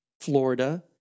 Florida